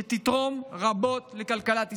שתתרום רבות לכלכלת ישראל.